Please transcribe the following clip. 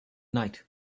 night